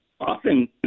often